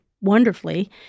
wonderfully